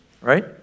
Right